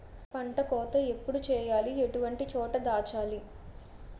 పంట కోత ఎప్పుడు చేయాలి? ఎటువంటి చోట దాచాలి?